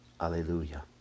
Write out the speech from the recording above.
Hallelujah